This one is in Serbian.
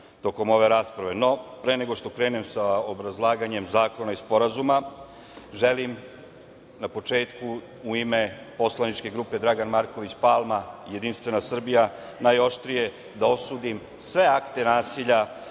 tokom ove rasprave.No, pre nego što krenem sa obrazlaganjem zakona i sporazuma, želim na početku u ime Poslaničke grupe Dragan Marković Palma – JS, najoštrije da osudim sve akte nasilja